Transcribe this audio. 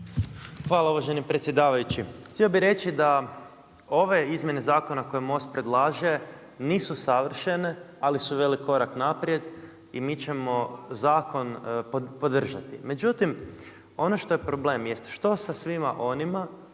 Hvala uvaženi predsjedavajući. Htio bih reći da ove izmjene zakona koje MOST predlaže nisu savršene ali su veliki korak naprijed i mi ćemo zakon podržati. Međutim, ono što je problem jest što sa svima onima